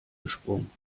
gesprungen